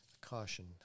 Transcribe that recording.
caution